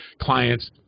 clients